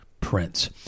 prince